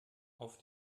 auf